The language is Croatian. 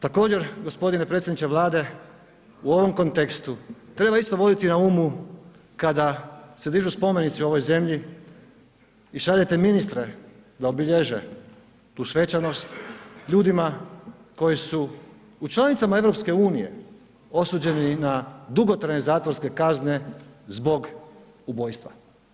Također g. predsjedniče Vlade, u ovom kontekstu treba isto voditi na umu kada se dižu spomenici ovoj zemlji i šaljete ministre da obilježe tu svečanost, ljudima koji su članicama EU-a osuđeni na dugotrajne zatvorske kazne zbog ubojstva.